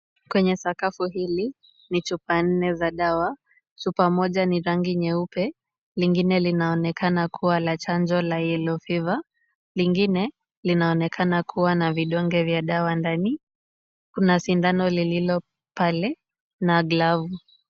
Kwenye sakafu hili ni chupa nne za dawa. Chupa moja ni rangi nyeupe, lingine linaonekana kuwa la chanjo la yellow fever . Lingine, linaonekana kuwa na vidonge vya dawa ndani. Kuna sindano lililo pale na glavu.